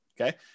Okay